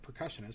percussionist